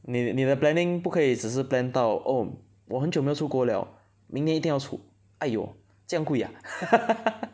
你的你的 planning 不可以只是 plan 到 oh 我很久没有出国了明年一定要出 !aiyo! 这样贵 ah